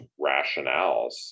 rationales